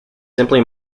simply